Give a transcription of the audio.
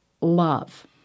love